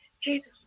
Jesus